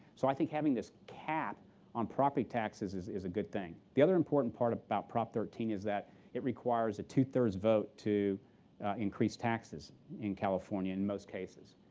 so i think having this cap on property taxes is is a good thing. the other important part about prop. thirteen is that it requires a two-thirds vote to increase taxes in california in most cases.